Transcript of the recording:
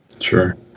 sure